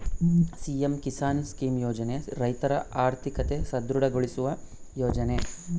PM Kisan scheme ಯೋಜನೆ ರೈತರ ಆರ್ಥಿಕತೆ ಸದೃಢ ಗೊಳಿಸುವ ಯೋಜನೆ